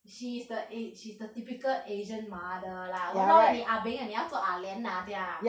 she is the a~ she is the typical asian mother lah !walao! eh 你 ah beng eh 你要做 ah lian ah 不要 lah